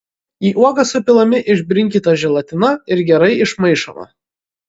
į uogas supilami išbrinkyta želatina ir gerai išmaišoma